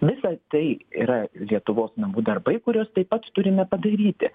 visa tai yra lietuvos namų darbai kuriuos taip pat turime padaryti